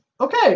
okay